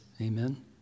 Amen